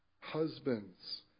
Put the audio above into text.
husbands